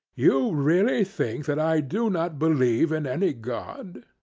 you really think that i do not believe in any god?